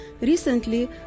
Recently